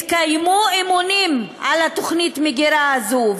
התקיימו אימונים על תוכנית המגירה הזו,